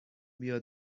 بیا